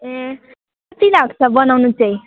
ए कति लाग्छ बनाउनु चाहिँ